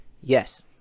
yes